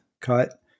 cut